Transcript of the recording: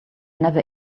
never